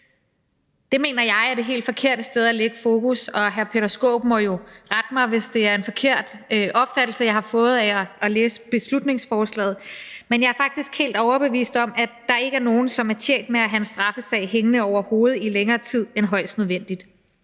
Det mener jeg er det helt forkerte sted at lægge fokus, og hr. Peter Skaarup må jo rette mig, hvis det er en forkert opfattelse, jeg har fået af at læse beslutningsforslaget. Men jeg er faktisk helt overbevist om, at der ikke er nogen, som er tjent med at have en straffesag hængende over hovedet i længere tid end højst nødvendigt.